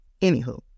anywho